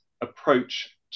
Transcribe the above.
approach